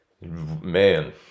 Man